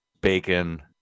bacon